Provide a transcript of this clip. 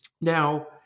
Now